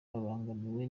babangamiwe